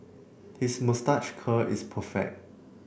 his moustache curl is perfect